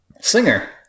singer